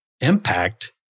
impact